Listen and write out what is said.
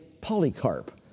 Polycarp